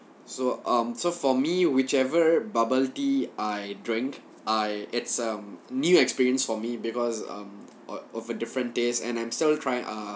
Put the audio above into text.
so um so for me whichever bubble tea I drink I it's a new experience for me because um or for a different taste and I'm still trying uh